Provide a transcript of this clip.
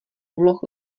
úloh